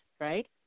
right